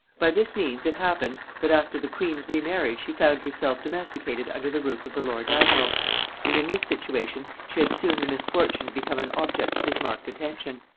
by this means it happened, that after the queen's remarriage she found herself domesticated under the roof of the lord-admiral and in this situation she had soon the misfortune to become an object of his marked attention.